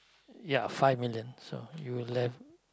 ya five million so you'll left